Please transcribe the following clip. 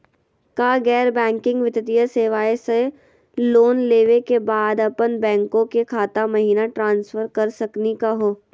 का गैर बैंकिंग वित्तीय सेवाएं स लोन लेवै के बाद अपन बैंको के खाता महिना ट्रांसफर कर सकनी का हो?